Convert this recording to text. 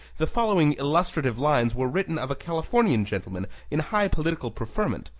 the following illustrative lines were written of a californian gentleman in high political preferment,